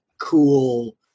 cool